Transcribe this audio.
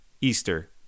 Easter